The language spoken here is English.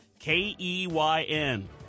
K-E-Y-N